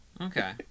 Okay